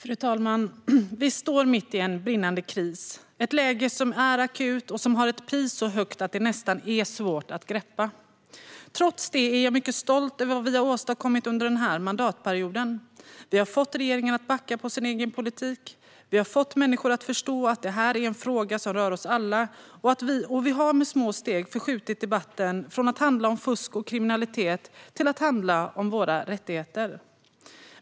Fru talman! Vi står mitt i en brinnande kris och ett läge som är akut och som har ett pris så högt att det nästan är svårt att greppa. Trots det är jag mycket stolt över vad vi har åstadkommit under mandatperioden. Vi har fått regeringen att backa från sin egen politik, vi har fått människor att förstå att detta är en fråga som rör oss alla och vi har med små steg förskjutit debatten från att handla om fusk och kriminalitet till att handla om våra rättigheter.